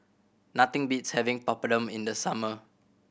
nothing beats having Papadum in the summer